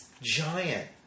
giant